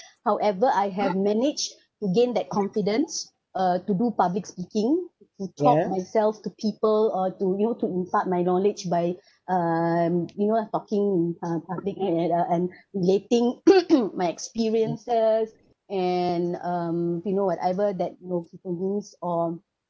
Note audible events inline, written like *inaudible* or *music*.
*breath* however I have managed to gain that confidence uh to do public speaking to talk myself to people or to you know to impart my knowledge by *breath* um you know ah talking in uh public and uh and relating *coughs* my experiences and um you know whatever that multiple rules or